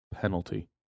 penalty